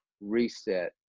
reset